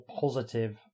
positive